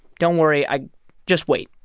don't worry. i just wait.